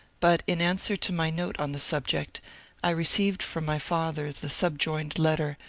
but in answer to my note on the subject i received from my father the subjoined letter,